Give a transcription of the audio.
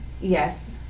Yes